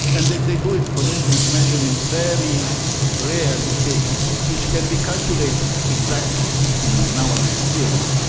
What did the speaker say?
and they they do it, for instance, measuring very rare decays which can be calculated exactly in nowadays theory,